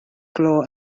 glo